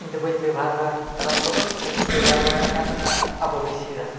ᱤᱧᱫᱚ ᱵᱟᱹᱧ ᱵᱮᱵᱷᱟᱨᱟ ᱨᱟᱱ ᱠᱚᱫᱚ ᱠᱷᱟᱹᱞᱤᱧ ᱵᱮᱵᱚᱦᱟᱨ ᱵᱟᱲᱟᱭᱮᱫ ᱛᱟᱦᱮᱱ ᱚᱱᱟ ᱟᱵᱚ ᱫᱮᱥᱤ ᱨᱟᱱ